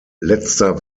letzter